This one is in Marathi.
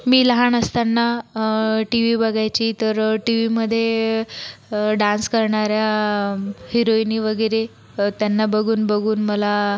मी लहान असताना टी व्ही बघायची तर टी व्हीमध्ये डान्स करणाऱ्या हिरोईनी वगैरे त्यांना बघूनबघून मला